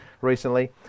recently